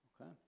Okay